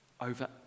over